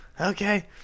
Okay